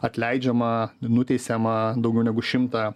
atleidžiama nuteisiama daugiau negu šimtą